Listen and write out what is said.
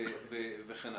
וכן הלאה?